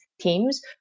teams